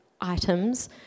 items